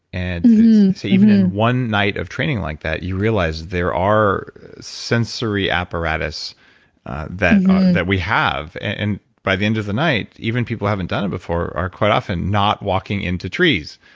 and so even in one night of training like that, you realize there are sensory apparatus that that we have. and by the end of the night, even people who haven't done it before are quite often not walking into trees,